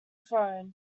throne